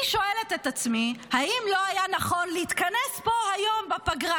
אני שואלת את עצמי אם לא היה נכון להתכנס פה היום בפגרה,